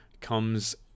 comes